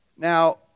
Now